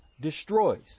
destroys